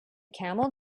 camel